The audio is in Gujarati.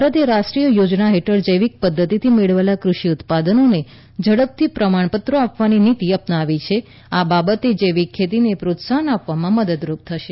ભારતે રાષ્ટ્રીય યોજના હેઠળ જૈવિક પદ્ધતિથી મેળવેલા કૃષિ ઉત્પાદનોને ઝડપથી પ્રમાણપત્રો આપવાની નીતિ અપનાવી છે આ બાબત જૈવિક ખેતીને પ્રોત્સાહન આપવા મદદરૂપ થશે